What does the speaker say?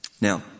Now